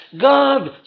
God